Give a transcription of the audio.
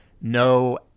no